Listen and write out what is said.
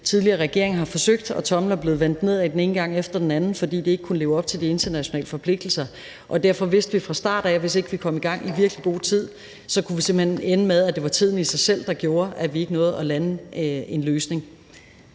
Tidligere regeringer har forsøgt, og tommelen er blevet vendt nedad den ene gang efter den anden, fordi det ikke kunne leve op til de internationale forpligtelser. Derfor vidste vi fra start af, at hvis ikke vi kom i gang i virkelig god tid, kunne det simpelt hen ende med, at det var tiden i sig selv, der gjorde, at vi ikke nåede at lande en løsning.